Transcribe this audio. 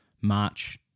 March